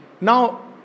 Now